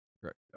correct